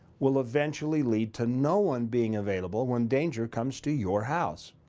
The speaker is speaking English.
will eventually lead to no one being available when danger comes to your house.